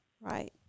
Right